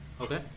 Okay